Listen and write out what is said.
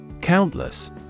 Countless